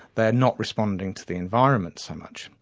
they are not responding to the environment so much.